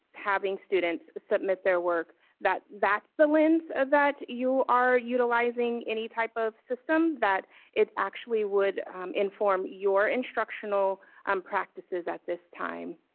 having students submit their work that that's the lens that you are utilizing any type of system that it actually would inform your instructional um practices at this time.